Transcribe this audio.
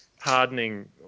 hardening